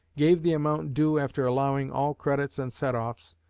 gave the amount due after allowing all credits and set-offs,